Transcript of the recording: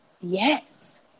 Yes